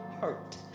hurt